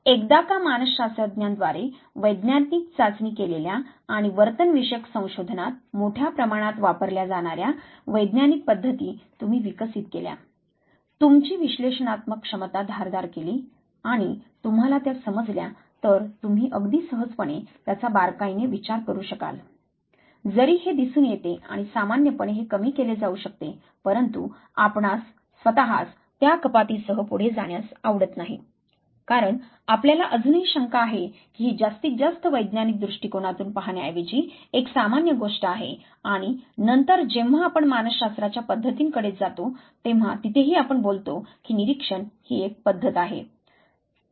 एकदा का मानसशास्त्रज्ञांद्वारे वैज्ञानिक चाचणी केलेल्या आणि वर्तनविषयक संशोधनात मोठ्या प्रमाणात वापरल्या जाणार्या वैज्ञानिक पद्धती तुम्ही विकसित केल्या तुमची विश्लेषणात्मक क्षमता धारदार केली आणि तुम्हाला त्या समजल्या तर तुम्ही अगदी सहजपणे त्याचा बारकाईने विचार करू शकाल जरी हे दिसून येते आणि सामान्यपणे हे कमी केले जाऊ शकते परंतु आपणास स्वतःस त्या कपातीसह पुढे जाण्यास आवडत नाही कारण आपल्याला अजूनही शंका आहे की ही जास्तीत जास्त वैज्ञानिक दृष्टीकोनातून पाहण्याऐवजी एक सामान्य गोष्ट आहे आणि नंतर जेव्हा आपण मानसशास्त्राच्या पद्धतींकडे जातो तेव्हा तिथेही आपण बोलतो की निरीक्षण ही एक पद्धत आहे